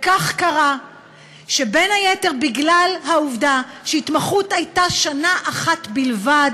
וכך קרה שבין היתר בגלל העובדה שהתמחות הייתה שנה אחת בלבד,